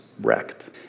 wrecked